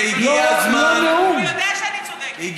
ראש הממשלה שלנו בנה גשר של ידידות שמועיל לאינטרס הישראלי.